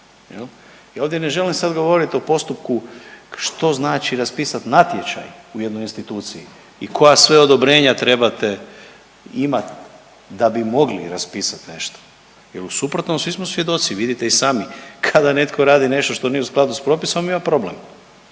i ovdje ne želim sad govorit o postupku što znači raspisat natječaj u jednoj instituciji i koja sve odobrenja trebate imat da bi mogli raspisat nešto jel u suprotnom svi smo svjedoci, vidite i sami kada netko radi nešto što nije u skladu s propisom ima problem,